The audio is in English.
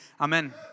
Amen